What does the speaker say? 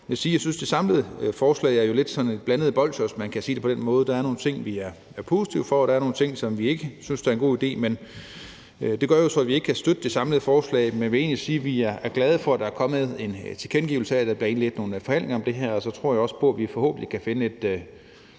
vil sige, at det samlede forslag er sådan lidt blandede bolsjer, hvis man kan sige det på den måde. Der er nogle ting, vi er positive over for, og der er nogle ting, som vi ikke synes er en god idé. Det gør så, at vi ikke kan støtte det samlede forslag. Men jeg vil egentlig sige, at vi er glade for, at der er kommet en tilkendegivelse af, at der bliver indledt nogle forhandlinger om det her, og så tror jeg også på, at vi forhåbentlig kan finde et